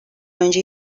önce